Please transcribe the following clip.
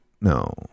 No